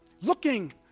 Looking